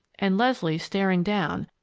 and leslie, staring down,